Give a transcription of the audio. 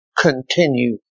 continue